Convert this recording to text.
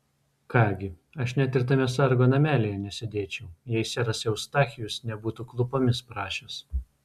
ką gi aš net ir tame sargo namelyje nesėdėčiau jei seras eustachijus nebūtų klūpomis prašęs